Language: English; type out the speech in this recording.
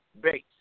base